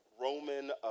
Roman